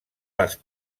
les